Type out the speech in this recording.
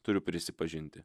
turiu prisipažinti